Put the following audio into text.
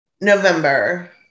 November